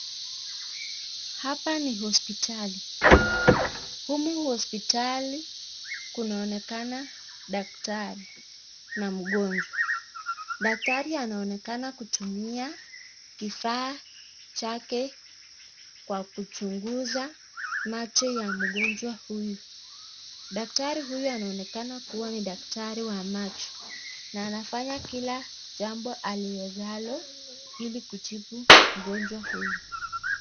Hapa ni hospitali , humu hospitali kunaonekana daktari na mgonjwa , daktari anaonekana kutumia kifaa chake kwa kuchunguza macho ya mgonjwa huyu , daktari huyu anaonekana kuwa ni daktari wa macho na anafanya Kila jambo aliwezalo hili hili kutibu mgonjwa huyu.